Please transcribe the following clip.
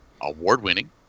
award-winning